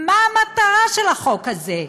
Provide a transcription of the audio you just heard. מה המטרה של החוק הזה?